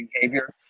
behavior